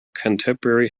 contemporary